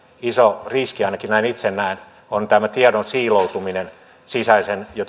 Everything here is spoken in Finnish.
iso riski ainakin näin itse näen on tiedon siiloutuminen sisäisen ja